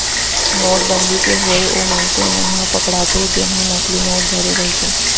नोटबंदी के होय ओ मनसे मन ह पकड़ाथे जेनहा नकली नोट धरे रहिथे